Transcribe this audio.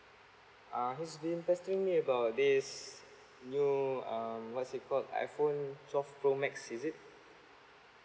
ah he's been pestering me about this new um what is it called iphone twelve pro max is it